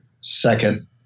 second